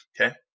Okay